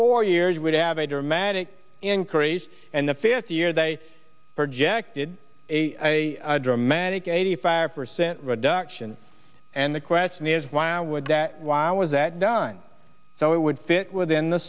four years would have a dramatic increase and the fifth year they projected a dramatic eighty five percent reduction and the question is why would that why was that done so it would fit within the